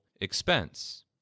expense